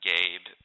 Gabe